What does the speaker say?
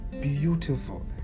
beautiful